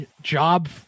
job